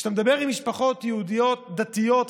וכשאתה מדבר עם משפחות יהודיות דתיות וחרדיות: